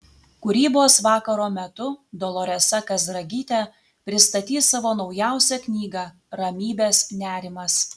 kūrybos vakaro metu doloresa kazragytė pristatys savo naujausią knygą ramybės nerimas